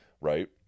Right